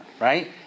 Right